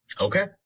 Okay